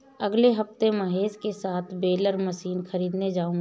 अगले हफ्ते महेश के साथ बेलर मशीन खरीदने जाऊंगा